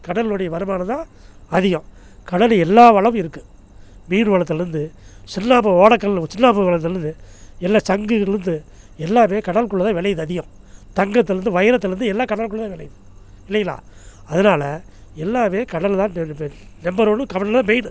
கடலினுடைய வருமானம்தான் அதிகம் கடல் எல்லா வளமும் இருக்குது மீன் வளத்துலேருந்து சில்லப்ப ஓடக்கல் வளத்துலேருந்து எல்லா சங்குகள்லேருந்து எல்லாமே கடலுகுள்ளதான் விளையிது அதிகம் தங்கத்தில் இருந்து வைரத்தில் இருந்து எல்லாம் கடலுகுள்ளதான் விளையும் இல்லைங்கிளா அதனால எல்லாமே கடல்தான் நம்பர் ஒன்று கடலே மெயினு